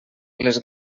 les